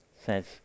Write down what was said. says